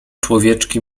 człowieczki